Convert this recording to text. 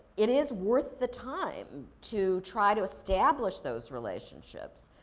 it is worth the time to try to establish those relationships.